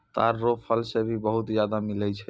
ताड़ रो फल से भी बहुत ज्यादा मिलै छै